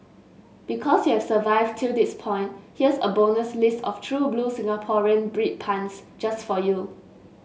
because you've survived till this point here is a bonus list of true blue Singaporean bread puns just for you